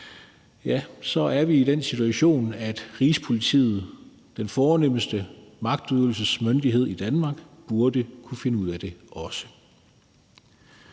så er vi i den situation, at Rigspolitiet, den fornemste magtudøvende myndighed i Danmark, også burde kunne finde ud af det.